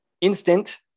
Instant